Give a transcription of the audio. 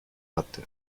hatte